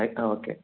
എയ് ആ ഓക്കെ